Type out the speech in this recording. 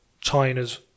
China's